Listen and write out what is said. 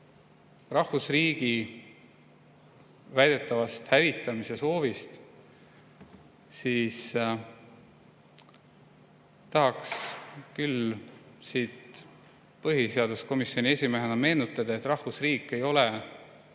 rahvusriigi hävitamise soovist, siis tahaks küll põhiseaduskomisjoni esimehena meenutada, et rahvusriik ei ole